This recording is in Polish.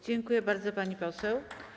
Dziękuję bardzo, pani poseł.